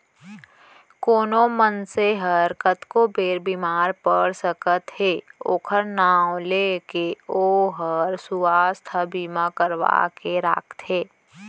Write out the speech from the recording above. कोनो मनसे हर कतको बेर बीमार पड़ सकत हे ओकर नांव ले के ओहर सुवास्थ बीमा करवा के राखथे